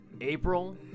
April